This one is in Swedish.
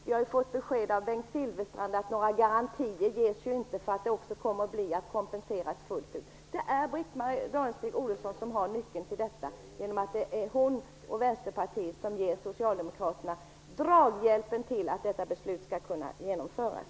Vi har fått besked av Bengt Silfverstrand att några garantier inte ges för att detta kommer att kompenseras fullt ut. Det är Britt-Marie Danestig Olofsson som har nyckeln till detta, genom att det är hon och Vänsterpartiet som ger Socialdemokraterna draghjälpen till att detta beslut skall kunna genomföras.